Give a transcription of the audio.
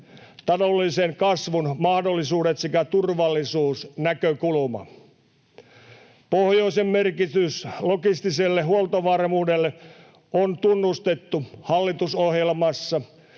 taloudellisen kasvun mahdollisuudet sekä turvallisuusnäkökulma. Pohjoisen merkitys logistiselle huoltovarmuudelle on tunnustettu hallitusohjelmassa,